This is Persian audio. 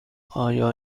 آیا